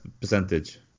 percentage